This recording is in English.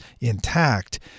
intact